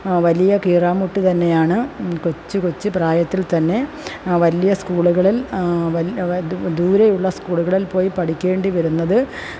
വലിയ കീറാമുട്ടി തന്നെയാണ് കൊച്ച് കൊച്ച് പ്രായത്തില്ത്തന്നെ വലിയ സ്കൂളുകളില് വല് അതായതിപ്പം ദൂരെയുള്ള സ്കൂളുകളില് പോയി പഠിക്കേണ്ടി വരുന്നത്